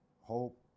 hope